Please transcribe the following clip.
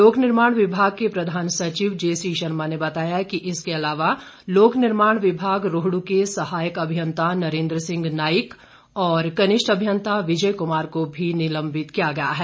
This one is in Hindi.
लोकनिर्माण विभाग के प्रधान सचिव जेसी शर्मा ने बताया कि इसके अलावा लोक निर्माण विभाग रोहड् के सहायक अभियंता नरेंद्र सिंह नाइक और कनिष्ठ अभियंता विजय कुमार को भी निलंबित किया गया है